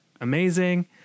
amazing